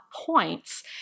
points